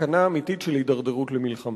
בסכנה אמיתית של הידרדרות למלחמה.